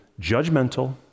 judgmental